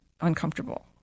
uncomfortable